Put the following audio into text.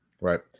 Right